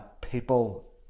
people